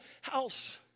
house